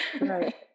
Right